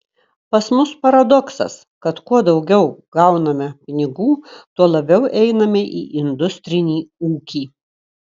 pas mus paradoksas kad kuo daugiau gauname pinigų tuo labiau einame į industrinį ūkį